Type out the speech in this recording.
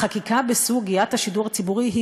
החקיקה בסוגיית השידור הציבורי היא